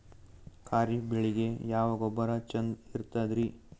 ಖರೀಪ್ ಬೇಳಿಗೆ ಯಾವ ಗೊಬ್ಬರ ಚಂದ್ ಇರತದ್ರಿ?